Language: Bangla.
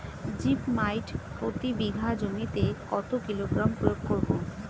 জিপ মাইট প্রতি বিঘা জমিতে কত কিলোগ্রাম প্রয়োগ করব?